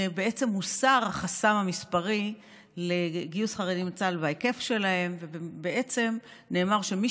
בעצם מוסר החסם המספרי לגיוס חרדים לצה"ל וההיקף שלהם ונאמר שמי